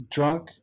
Drunk